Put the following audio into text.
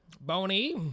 bony